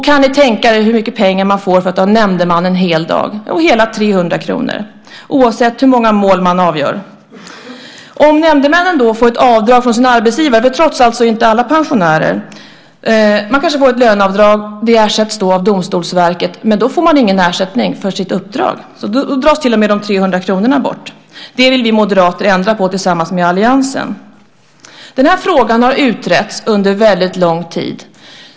Kan ni gissa hur mycket pengar de får för att vara nämndemän en hel dag? Jo, hela 300 kr, oavsett hur många mål de avgör. Om nämndemannen får ett löneavdrag från arbetsgivaren - alla är trots allt inte pensionärer - ersätts detta av Domstolsverket, och då får man ingen ersättning för sitt uppdrag. Det innebär att till och med de 300 kronorna dras bort. Det vill vi moderater tillsammans med övriga inom alliansen ändra på. Frågan om nämndemännen har utretts under lång tid.